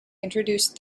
introduced